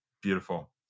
Beautiful